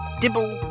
dibble